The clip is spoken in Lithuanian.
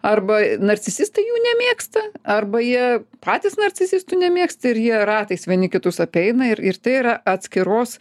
arba narcisistai jų nemėgsta arba jie patys narcisistų nemėgsta ir jie ratais vieni kitus apeina ir ir tai yra atskiros